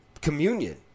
Communion